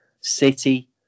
City